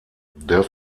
der